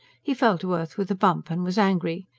he fell to earth with a bump, and was angry.